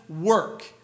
work